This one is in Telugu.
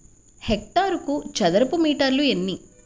హెక్టారుకు చదరపు మీటర్లు ఎన్ని?